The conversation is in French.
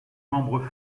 membres